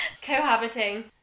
Cohabiting